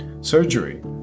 surgery